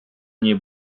nie